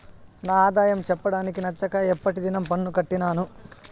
నా ఆదాయం చెప్పడానికి నచ్చక ఎప్పటి దినం పన్ను కట్టినాను